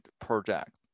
project